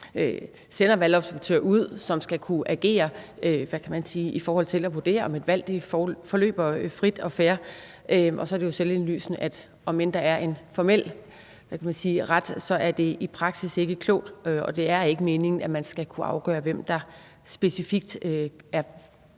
sender valgobservatører ud, som skal kunne agere i forhold til at vurdere, om et valg forløber frit og fair, og så er det jo selvindlysende, at det, om end der – hvad kan man sige – er en formel ret til det, så i praksis ikke er klogt. Og det er ikke meningen, at man skal kunne afgøre, hvem der specifikt er